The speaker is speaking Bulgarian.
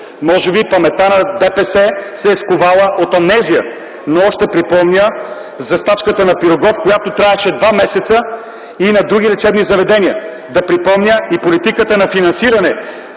Може би паметта на ДПС се е сковала от амнезия, но ще припомня за стачката на „Пирогов”, която траеше два месеца и на други лечебни заведения. Да припомня и политиката на финансиране